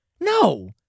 No